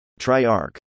Triarch